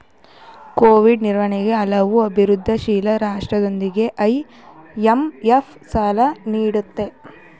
Covid ನಿರ್ವಹಣೆಗಾಗಿ ಹಲವು ಅಭಿವೃದ್ಧಿಶೀಲ ರಾಷ್ಟ್ರಗಳಿಗೆ ಐ.ಎಂ.ಎಫ್ ಸಾಲ ನೀಡುತ್ತಿದೆ